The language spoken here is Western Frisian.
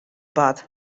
part